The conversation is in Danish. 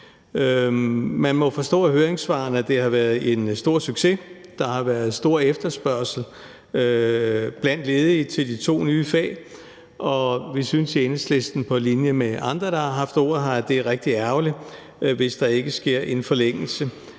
Man må forstå af høringssvarene, at det har været en stor succes. Der har været stor efterspørgsel blandt ledige til de to nye fag, og vi synes i Enhedslisten, på linje med andre, der har haft ordet her, at det er rigtig ærgerligt, hvis der ikke sker en forlængelse